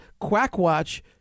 Quackwatch